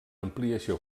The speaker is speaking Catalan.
ampliació